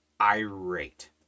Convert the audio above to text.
irate